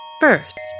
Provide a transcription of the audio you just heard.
First